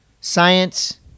science